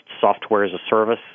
software-as-a-service